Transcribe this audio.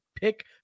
pick